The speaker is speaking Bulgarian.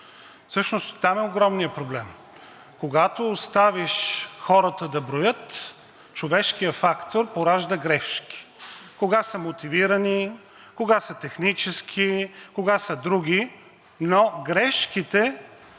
Всъщност там е огромният проблем. Когато оставиш хората да броят, човешкият фактор поражда грешки – кога са мотивирани, кога са технически, кога са други, но грешките